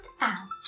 out